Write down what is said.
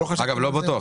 אגב, לא בטוח.